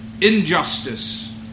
injustice